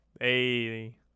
Hey